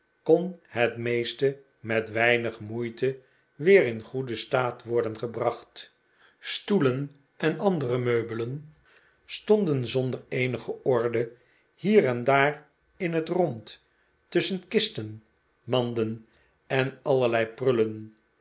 kon het meeste met weinig moeite weer in goeden staat worden gebracht stoelen en andere meubelen stonden zonder eenige orde hier en daar in het rond tusschen kisten manden en allerlei prullen